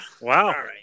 Wow